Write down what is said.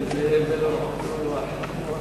מה יש לך אתה.